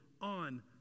on